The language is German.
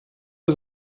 der